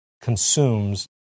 consumes